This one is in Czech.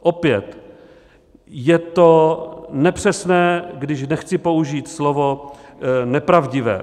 Opět je to nepřesné, když nechci použít slovo nepravdivé.